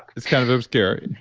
it's kind of obscuring.